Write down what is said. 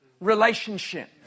relationship